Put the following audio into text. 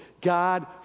God